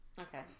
Okay